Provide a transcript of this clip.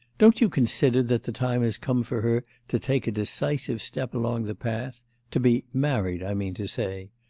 don't you consider that the time has come for her to take a decisive step along the path to be married, i mean to say.